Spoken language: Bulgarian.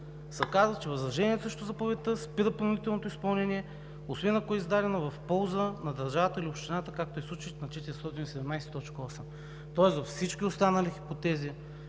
се казва, че възражението срещу заповедта спира принудителното изпълнение, освен ако е издадена в полза на държавата или общината, както е случаят на чл. 417, т. 8. Тоест във всички останали хипотези